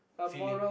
feeling